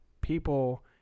people